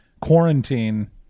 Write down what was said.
quarantine